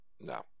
No